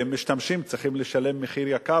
ואם משתמשים צריכים לשלם מחיר יקר,